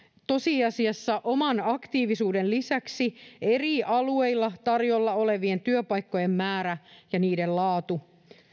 tosiasiassa oman aktiivisuuden lisäksi eri alueilla tarjolla olevien työpaikkojen määrä ja niiden laatu